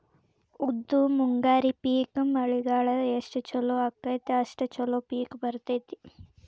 ಉದ್ದು ಮುಂಗಾರಿ ಪಿಕ್ ಮಳಿಗಾಲ ಎಷ್ಟ ಚಲೋ ಅಕೈತಿ ಅಷ್ಟ ಚಲೋ ಪಿಕ್ ಬರ್ತೈತಿ